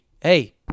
hey